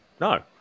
No